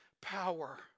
power